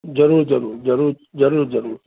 जरूर जरूर जरूर जरूर जरूर